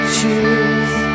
choose